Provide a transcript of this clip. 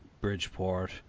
bridgeport